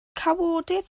cawodydd